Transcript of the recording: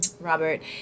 robert